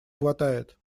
хватает